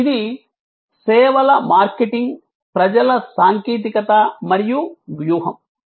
ఇది "సేవల మార్కెటింగ్ ప్రజల సాంకేతికత మరియు వ్యూహం"